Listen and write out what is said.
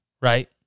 right